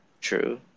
True